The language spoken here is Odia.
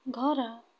ଘର